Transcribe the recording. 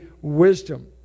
wisdom